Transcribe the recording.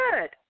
good